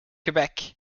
quebec